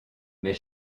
mes